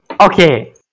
Okay